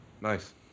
Nice